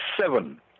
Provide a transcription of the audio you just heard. seven